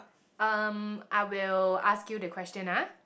um I will ask you the question ah